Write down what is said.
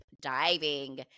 diving